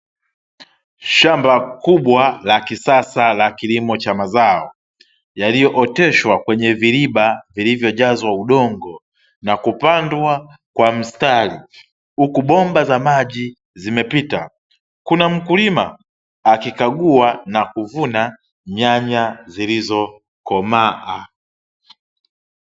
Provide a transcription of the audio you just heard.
Shamba kubwa la kisasa la kilimo cha mazao, yaliyooteshwa kwenye viriba vilivyojazwa udongo, na kupandwa kwa mstari. Huku bomba za maji zimepita, kuna mkulima, akikagua na kuvuna nyanya zilizokomaa.